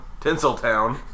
Tinseltown